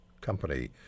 company